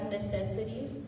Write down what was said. necessities